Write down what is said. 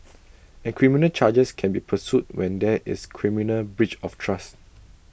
and criminal charges can be pursued when there is criminal breach of trust